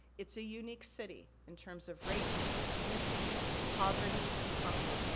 it's a unique city in terms of race, ethnicity, poverty, and crime.